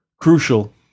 crucial